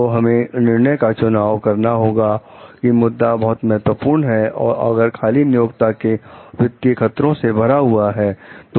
तो हमें निर्णय का चुनाव करना होगा कि मुद्दा बहुत महत्वपूर्ण है और अगर खाली नियोक्ता के वित्तीय खतरों से भरा हुआ है